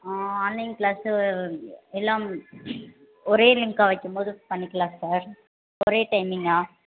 online class எல்லாம் ஒரே லிங்காக வைக்கும்போது பண்ணிக்கலாம் சார் ஒரே டைமிங்காக